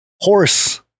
horse